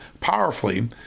powerfully